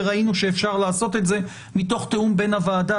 וראינו שאפשר לעשות את זה מתוך תיאום בין הוועדה